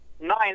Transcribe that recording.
nine